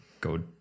go